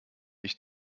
ich